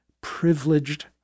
privileged